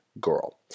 girl